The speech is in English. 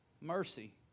Mercy